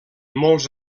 molts